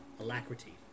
alacrity